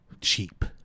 cheap